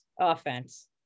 offense